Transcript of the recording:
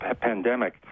pandemic